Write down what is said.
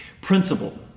Principle